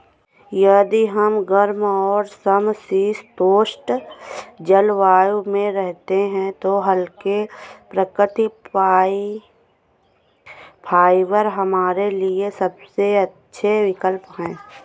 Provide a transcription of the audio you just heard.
यदि हम गर्म और समशीतोष्ण जलवायु में रहते हैं तो हल्के, प्राकृतिक फाइबर हमारे लिए सबसे अच्छे विकल्प हैं